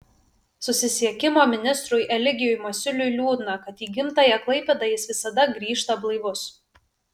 susisiekimo ministrui eligijui masiuliui liūdna kad į gimtąją klaipėdą jis visada grįžta blaivus